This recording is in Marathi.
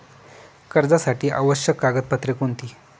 कर्जासाठी आवश्यक कागदपत्रे कोणती?